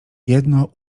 jedno